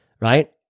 right